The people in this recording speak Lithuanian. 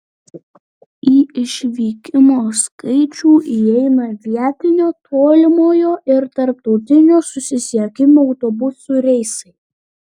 į išvykimo skaičių įeina vietinio tolimojo ir tarptautinio susisiekimų autobusų reisai